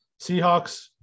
Seahawks